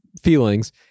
feelings